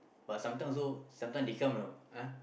but sometime also sometime they come you know ah